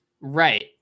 Right